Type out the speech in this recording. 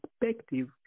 perspective